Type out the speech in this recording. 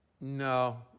No